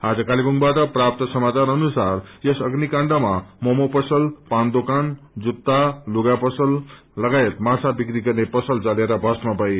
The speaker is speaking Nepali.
आज कालेब्डबाट प्राप्त सामाचार अनुसार यस अग्नि काण्डमा मोमो पसल पान दोकानजुत्ता लुगा पसल लगायत माछा बिक्री गर्ने पसल जलेर भष्म भए